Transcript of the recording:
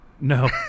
No